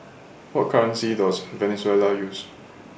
What currency Does Venezuela use